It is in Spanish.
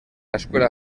escuela